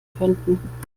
könnten